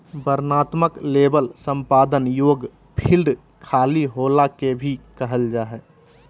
वर्णनात्मक लेबल संपादन योग्य फ़ील्ड खाली होला के भी कहल जा हइ